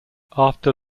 after